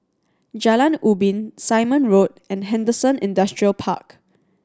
Jalan Ubin Simon Road and Henderson Industrial Park